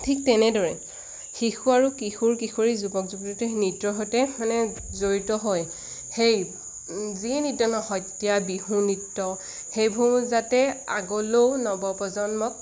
ঠিক তেনেদৰে শিশু আৰু কিশোৰ কিশোৰী যুৱক যুৱতীখিনি নৃত্যৰ সৈতে মানে জড়িত হৈ সেই যি নৃত্যই নহওক সত্ৰীয়া বিহু নৃত্য সেইবোৰ যাতে আগলৈয়ো নৱ প্ৰজন্মক